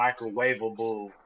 microwavable